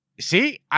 See